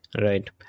Right